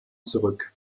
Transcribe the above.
zurück